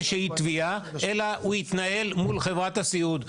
אלא הוא התנהל מול חברת הסיעוד.